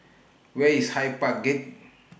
Where IS Hyde Park Gate